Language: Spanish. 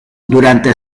durante